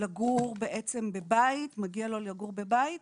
לגור בעצם בבית, מגיע לו לגור בבית.